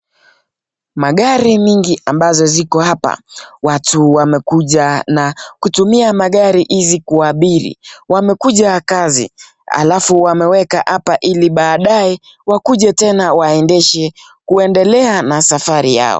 Magari mingi ambazo ziko hapa. Watu wamekuja na kutumia magari hizi kuabiri. Wamekuja kazi alafu wameweka hapa ili baadaye wakuje tena waendeshe kuendelea na safari yao.